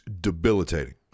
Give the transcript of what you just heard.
debilitating